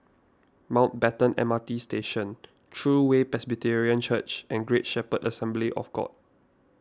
Mountbatten M R T Station True Way Presbyterian Church and Great Shepherd Assembly of God